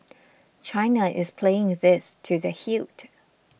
China is playing this to the hilt